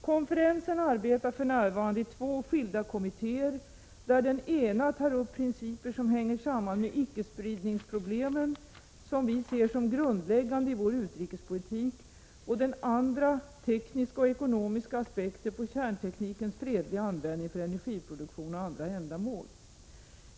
Konferensen arbetar för närvarande i två skilda kommittéer, där den ena tar upp principer som hänger samman med icke-spridningsproblemen, vilka vi ser som grundläggande i vår utrikespolitik, och den andra tekniska och ekonomiska aspekter på kärnteknikens fredliga användning för energiproduktion och andra ändamål.